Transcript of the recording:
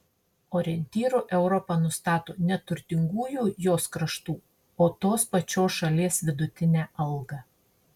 orientyru europa nustato ne turtingųjų jos kraštų o tos pačios šalies vidutinę algą